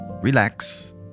Relax